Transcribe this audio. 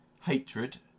hatred